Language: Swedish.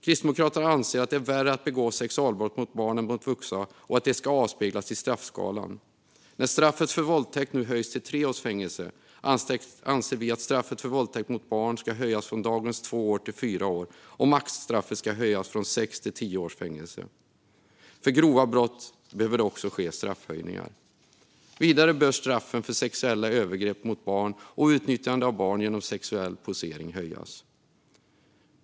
Kristdemokraterna anser att det är värre att begå sexualbrott mot barn än mot vuxna och att det ska avspeglas i straffskalan. När straffet för våldtäkt nu höjs till tre års fängelse anser vi att straffet för våldtäkt mot barn ska höjas från dagens två år till fyra år och att maxstraffet ska höjas från sex till tio års fängelse. För grova brott behöver det också ske straffhöjningar. Vidare bör straffen för sexuella övergrepp mot barn och utnyttjande av barn genom sexuell posering höjas.